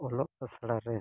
ᱚᱞᱚᱜ ᱟᱥᱲᱟᱨᱮ